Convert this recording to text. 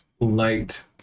light